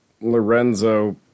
Lorenzo